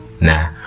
Nah